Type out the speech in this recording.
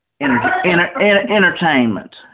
entertainment